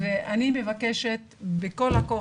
ואני מבקשת בכל הכוח.